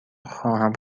خواهم